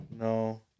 No